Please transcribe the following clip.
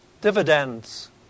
dividends